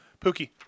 Pookie